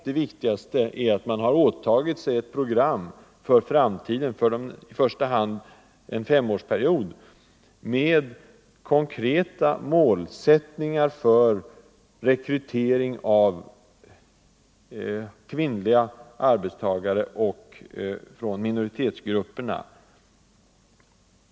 Det viktigaste är att man har åtagit sig ett program för framtiden, för i första hand en femårsperiod, med konkreta målsättningar för rekrytering av kvinnliga arbetstagare och arbetstagare från minoritetsgrupperna.